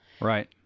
Right